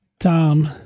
Tom